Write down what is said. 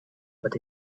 but